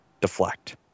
Deflect